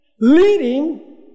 leading